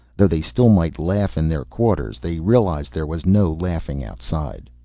though they still might laugh in their quarters, they realized there was no laughing outside.